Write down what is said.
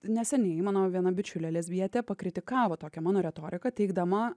neseniai mano viena bičiulė lesbietė pakritikavo tokią mano retoriką teigdama